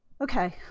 Okay